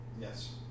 Yes